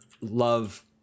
love